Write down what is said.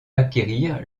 acquérir